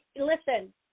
listen